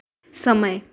समय